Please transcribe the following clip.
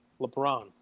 LeBron